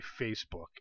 facebook